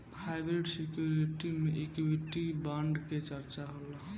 hybrid security में equity bond के चर्चा होला